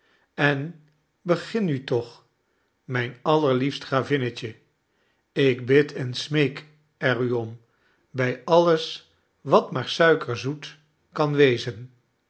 en begin nutoch mijn allerliefst gravinnetje ik bid en smeek er u om bij alles wat maar suikerzoet kan wezen